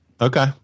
Okay